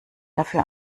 dafür